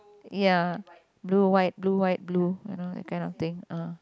ya blue white blue white blue you know that kind of thing ah